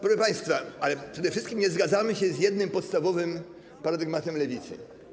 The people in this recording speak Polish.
Proszę państwa, przede wszystkim nie zgadzamy się z jednym podstawowym paradygmatem Lewicy.